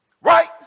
Right